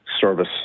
service